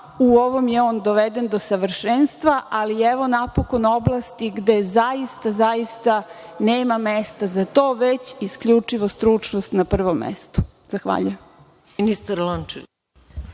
u ovom je on doveden do savršenstva, ali evo napokon oblasti gde zaista nema mesta za to, već isključivo stručnost na prvom mestu. Zahvaljujem.